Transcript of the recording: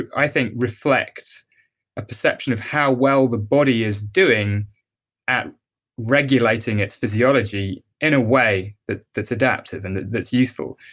i think, reflect a perception of how well the body is doing at regulating its physiology in a way that it's adaptive and that's useful.